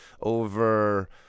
over